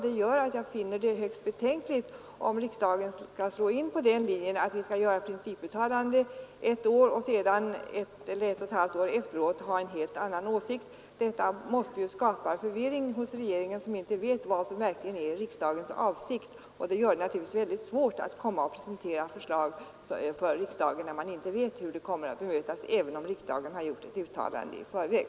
Det gör att jag anser det högst betänkligt om riksdagen skall slå in på den linjen att man gör principuttalande ett år och sedan ett eller ett och ett halvt år efteråt har en annan åsikt. Detta måste ju skapa förvirring hos regeringen, som inte vet vad som verkligen är riksdagens avsikt. Det gör det naturligtvis väldigt svårt att presentera förslag för riksdagen när man inte vet hur det kommer att bemötas även om riksdagen har gjort ett uttalande i förväg.